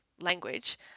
language